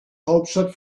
hauptstadt